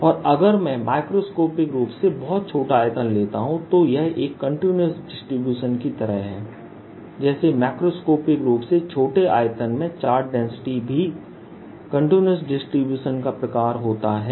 और अगर मैं मैक्रोस्कोपिक रूप से बहुत छोटा आयतन लेता हूं तो यह एक कंटीन्यूअस डिसटीब्यूशन की तरह है जैसे मैक्रोस्कोपिक रूप से छोटे आयतन में चार्ज डेंसिटीभी कंटीन्यूअस डिसटीब्यूशन प्रकार का होता है